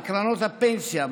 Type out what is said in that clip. בקרנות הפנסיה,